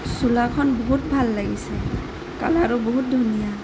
চোলাখন বহুত ভাল লাগিছে কালাৰো বহুত ধুনীয়া